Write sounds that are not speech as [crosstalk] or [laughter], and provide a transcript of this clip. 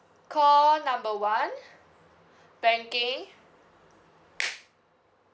call number one banking [noise]